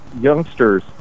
youngsters